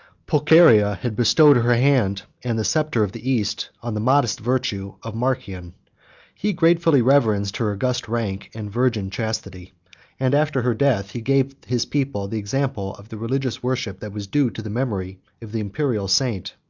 pulcheria had bestowed her hand, and the sceptre of the east, on the modest virtue of marcian he gratefully reverenced her august rank and virgin chastity and, after her death, he gave his people the example of the religious worship that was due to the memory of the imperial saint.